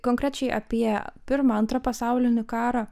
konkrečiai apie pirmą antrą pasaulinį karą